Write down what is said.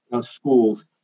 schools